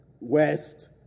West